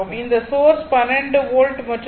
இந்த source 12 volt மற்றும் K